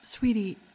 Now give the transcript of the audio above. Sweetie